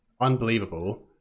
unbelievable